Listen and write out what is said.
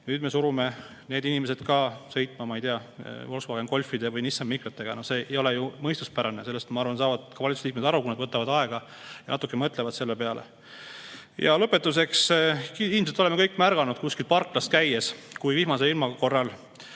Nüüd me surume ka need inimesed sõitma, ma ei tea, Volkswagen Golfide või Nissan Micratega. See ei ole ju mõistuspärane. Sellest, ma arvan, saavad ka valitsuse liikmed aru, kui nad võtavad aega ja natuke mõtlevad selle peale. Lõpetuseks, ilmselt oleme kõik märganud kuskil parklas käies, kui vihmase ilma korral